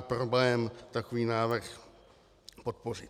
problém takový návrh podpořit.